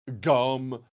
Gum